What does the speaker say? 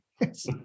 Yes